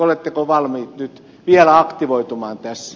oletteko valmiit nyt vielä aktivoitumaan tässä